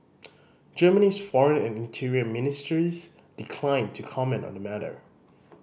Germany's foreign and interior ministries declined to comment on the matter